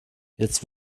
jetzt